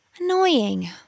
Annoying